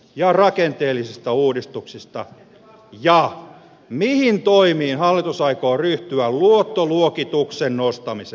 ja rakenteellisista uudistuksista ja mihin toimiin hallitus aikoo ryhtyä on esittämistä varten